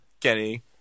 kenny